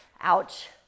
Ouch